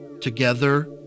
together